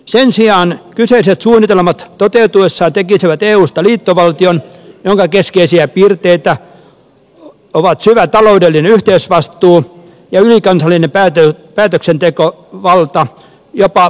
sen sijaan kyseiset suunnitelmat toteutuessaan tekisivät eusta liittovaltion jonka keskeisiä piirteitä ovat syvä taloudellinen yhteisvastuu ja ylikansallinen päätöksentekovalta jopa budjettipolitiikassa